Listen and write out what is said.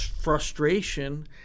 frustration